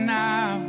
now